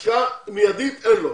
השקעה מיידית אין לו.